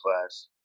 class